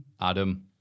Adam